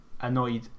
annoyed